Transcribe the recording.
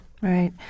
Right